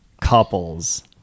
couples